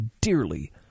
dearly